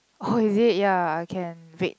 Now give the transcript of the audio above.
oh is it ya I can wait